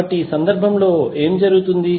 కాబట్టి ఈ సందర్భంలో ఏమి జరుగుతుంది